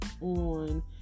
on